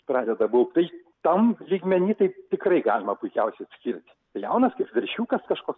pradeda baubt tai tam lygmeny tai tikrai galima puikiausiai atskirt tai jaunas kaip veršiukas kažkoks